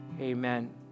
Amen